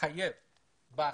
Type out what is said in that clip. חלק מההחלטה.